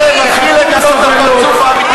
העם הזה מתחיל לגלות את הפרצוף האמיתי שלכם.